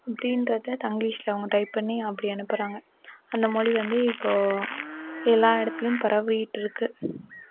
அப்படீன்றத தங்லிஷில் அவங்க டைப் பண்ணி அப்படி அனுப்புகிறாங்க அந்த மொழி வந்து இப்போது எல்லா இடத்துலேயும் பரவிட்டிருக்கு